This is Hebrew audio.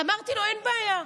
אמרתי לו: אין בעיה,